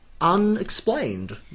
unexplained